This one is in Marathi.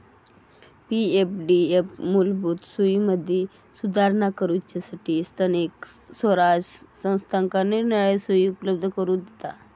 पी.एफडीएफ मूलभूत सोयींमदी सुधारणा करूच्यासठी स्थानिक स्वराज्य संस्थांका निरनिराळे सोयी उपलब्ध करून दिता